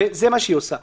וזה מה שהיא עושה.